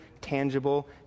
tangible